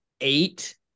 eight